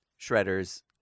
Shredder's